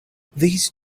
these